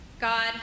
God